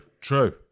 true